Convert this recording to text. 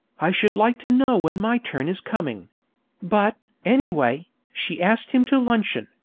i should like to know when my turn is coming but, anyway, she asked him to luncheon,